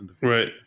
Right